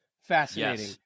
fascinating